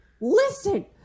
listen